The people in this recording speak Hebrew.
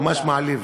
ממש מעליב.